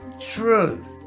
truth